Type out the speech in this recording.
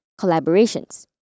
collaborations